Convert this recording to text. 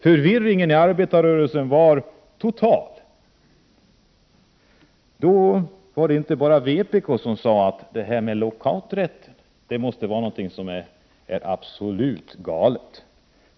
Förvirringen inom arbetarrörelsen var total. Då var det inte bara vpk som sade att lockouträtt måste vara något helt galet.